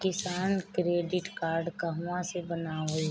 किसान credit card कहवा से बनवाई?